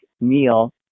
meal